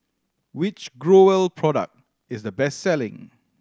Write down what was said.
which Growell product is the best selling